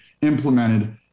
implemented